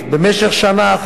במשך שנה אחת,